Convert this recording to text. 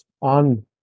on